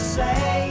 say